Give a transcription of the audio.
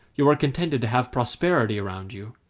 you are contented to have prosperity around you